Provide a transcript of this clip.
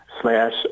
slash